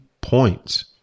points